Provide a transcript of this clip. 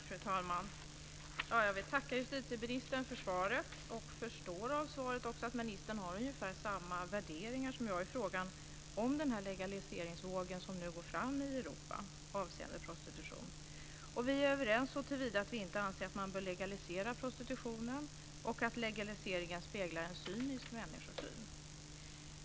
Fru talman! Jag vill tacka justitieministern för svaret. Jag förstår också av svaret att justitieministern har ungefär samma värderingar som jag i frågan om den legaliseringsvåg som nu går fram genom Europa avseende prostitution. Vi är överens såtillvida att vi anser att man inte bör legalisera prostitutionen och att legaliseringen speglar en cynisk människosyn.